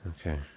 Okay